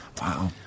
Wow